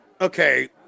okay